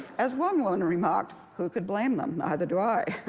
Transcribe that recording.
as one woman remarked, who could blame them? neither do i.